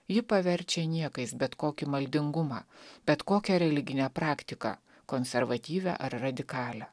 ji paverčia niekais bet kokį maldingumą bet kokią religinę praktiką konservatyvią ar radikalią